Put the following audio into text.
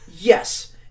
yes